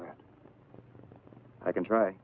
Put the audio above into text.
that i can try